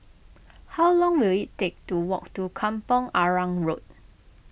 how long will it take to walk to Kampong Arang Road